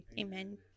Amen